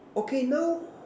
okay now